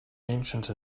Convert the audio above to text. ancient